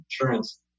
insurance